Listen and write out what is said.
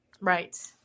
Right